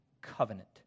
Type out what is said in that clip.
covenant